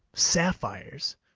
sapphires,